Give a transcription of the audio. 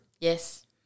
Yes